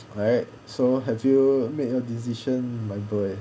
alright so have you made your decision my boy